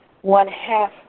one-half